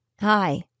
Hi